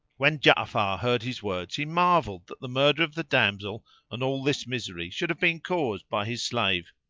when ja'afar heard his words he marvelled that the murder of the damsel and all this misery should have been caused by his slave